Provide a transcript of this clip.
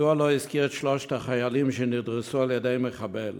מדוע הוא לא הזכיר את שלושת החיילים שנדרסו על-ידי מחבל?